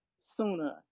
sooner